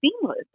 seamless